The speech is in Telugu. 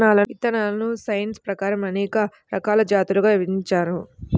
విత్తనాలను సైన్స్ ప్రకారం అనేక రకాల జాతులుగా విభజించారు